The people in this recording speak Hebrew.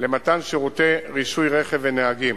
למתן שירותי רישוי רכב ונהגים.